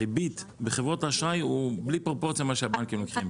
הריבית בחברות האשראי היא בלי פרופורציה למה שהבנקים לוקחים.